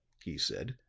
he said,